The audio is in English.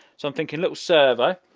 so i'm thinking, little servo.